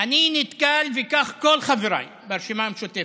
אני נתקל, וכך כל חבריי ברשימה המשותפת,